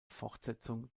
fortsetzung